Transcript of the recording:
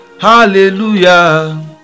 hallelujah